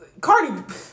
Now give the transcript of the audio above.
Cardi